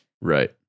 Right